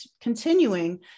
continuing